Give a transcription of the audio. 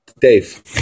Dave